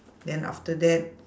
then after that